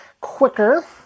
quicker